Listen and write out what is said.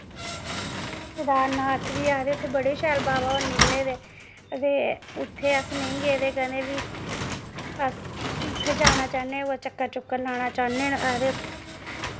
केदारनाथ आखदे उत्थै बड़े शैल बाबा होर निकले दे ते उत्थै अस नेईं गेदे कदें बी ते अस उत्थै जाना चाह्न्ने ते कदें चक्कर लाना चाह्न्ने न ते